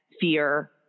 fear